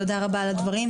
תודה רבה על הדברים.